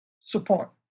support